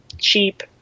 cheap